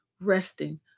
resting